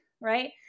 right